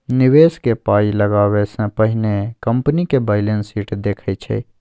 निबेशक पाइ लगाबै सँ पहिने कंपनीक बैलेंस शीट देखै छै